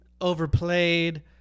Overplayed